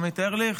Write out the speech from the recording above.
פה?